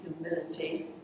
humility